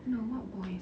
no what boys